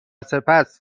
سپس